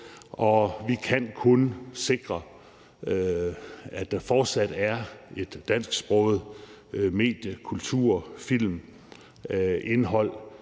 vi kan kun sikre, at der fortsat er et dansksproget medie-, kultur- og filmindhold,